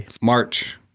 March